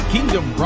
Kingdom